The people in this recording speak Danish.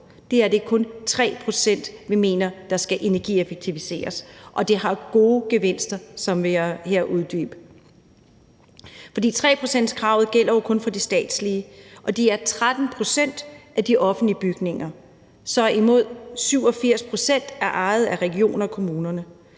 det her er kun 3 pct., vi mener skal energieffektiviseres, og det har jo gode gevinster, som jeg her vil uddybe. For 3-procentskravet gælder jo kun for de statslige bygninger, og de udgør 13 pct. af de offentlige bygninger, så op imod 87 pct. er ejet af regionerne og kommunerne.